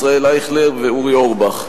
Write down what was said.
ישראל אייכלר ואורי אורבך.